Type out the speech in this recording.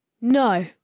No